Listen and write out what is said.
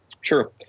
Sure